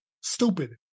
stupid